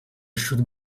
should